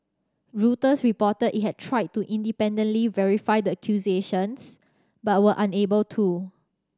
Reuters reported it had tried to independently verify the accusations but were unable to